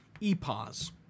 EPOS